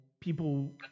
people